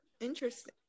Interesting